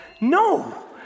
No